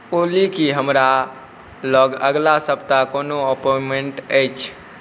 ओली की हमरा लग अगिला सप्ताह कोनो अपॉइंटमेंट अछि